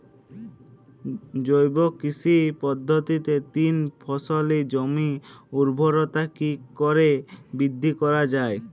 জৈব কৃষি পদ্ধতিতে তিন ফসলী জমির ঊর্বরতা কি করে বৃদ্ধি করা য়ায়?